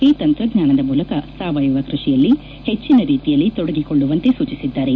ಈ ತಂತ್ರಜ್ಞಾನದ ಮೂಲಕ ಸಾವಯವ ಕೃಷಿಯಲ್ಲಿ ಹೆಚ್ಚಿನ ರೀತಿಯಲ್ಲಿ ತೊಡಗಿಕೊಳ್ಳುವಂತೆ ಸೂಚಿಸಿದ್ದಾರೆ